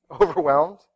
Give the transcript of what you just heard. overwhelmed